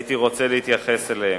שהייתי רוצה להתייחס אליהן.